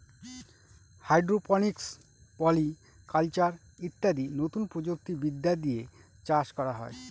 hydroponics, polyculture ইত্যাদি নতুন প্রযুক্তি বিদ্যা দিয়ে চাষ করা হয়